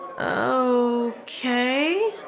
Okay